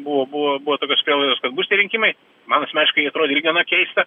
buvo buvo buvo tokios prielaidos kad bus tie rinkimai mat asmeniškai jie atrodė ir gana keista